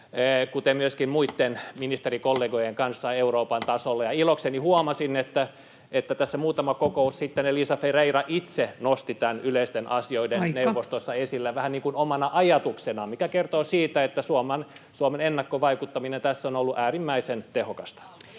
kuten myöskin muitten ministerikollegojen kanssa Euroopan tasolla. Ja ilokseni huomasin, että tässä muutama kokous sitten Elisa Ferreira itse nosti tämän yleisten asioiden neuvostossa esille [Puhemies: Aika!] vähän niin kuin omana ajatuksenaan, mikä kertoo siitä, että Suomen ennakkovaikuttaminen tässä on ollut äärimmäisen tehokasta.